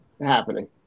happening